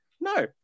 no